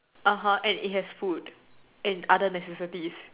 (uh huh) and it has food and other necessities